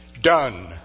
Done